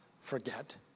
forget